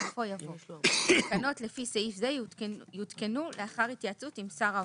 בסופו יבוא "תקנות לפי סעיף קטן זה יותקנו לאחר התייעצות עם שר האוצר".